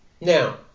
Now